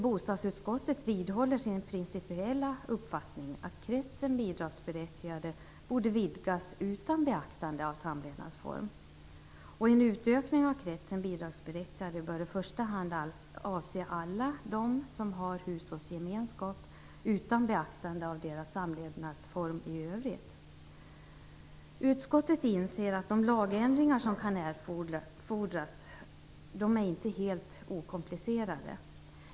Bostadsutskottet vidhåller sin principiella uppfattning att kretsen bidragsberättigade borde vidgas utan beaktande av samlevnadsform. En utökning av kretsen bidragsberättigade bör i första hand avse alla de som har hushållsgemenskap utan beaktande av deras samlevnadsform i övrigt. Utskottet inser att de lagändringar som kan erfordras inte är helt okomplicerade.